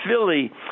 Philly